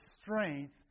strength